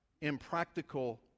impractical